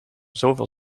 zoveel